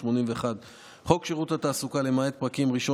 התשכ"ז 1967,